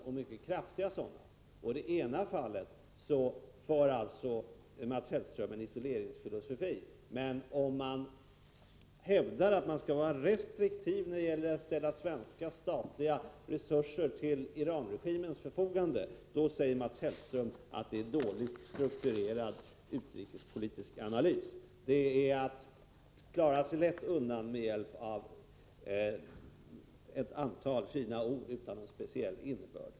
I det ena fallet för alltså Mats Hellström en isoleringsfilosofi. Om man hävdar att man skall vara restriktiv när det gäller att ställa svenska statliga resurser till Iranregimens förfogande, då säger Mats Hellström att det är en dåligt strukturerad utrikespolitisk analys. Det är att klara sig lätt undan med hjälp av ett antal fina ord utan någon speciell innebörd.